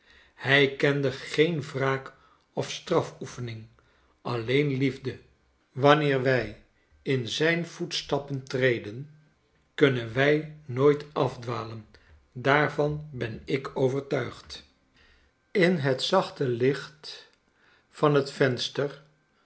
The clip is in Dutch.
hij kende geen wraak of strafoefening alleen liefde wanneer wij in zijn voetstappen treden kunnen wij nooit afdwalen daarvan ben ik overtuisfd charles dickens in het zachte licht van het venster